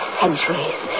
centuries